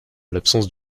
l’absence